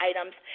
items